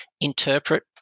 interpret